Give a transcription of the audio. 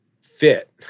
fit